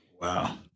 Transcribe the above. Wow